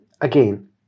Again